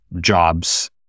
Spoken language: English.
jobs